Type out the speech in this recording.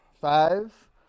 Five